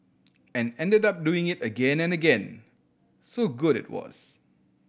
and ended up doing it again and again so good it was